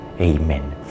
Amen